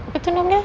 apa tu nama dia